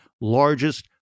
largest